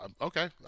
okay